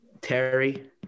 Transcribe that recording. Terry